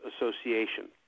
Association